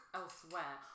elsewhere